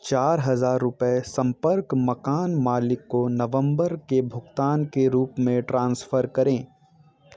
चार हज़ार रुपये सम्पर्क मकान मालिक को नवम्बर के भुगतान के रूप में ट्रांसफ़र करें